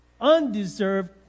Undeserved